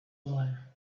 alive